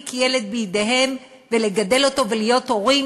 ילד בידיהם ולגדל אותו ולהיות הורים,